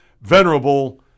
venerable